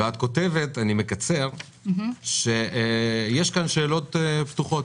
ואת כותבת, אני מקצר, שיש כאן שאלות פתוחות.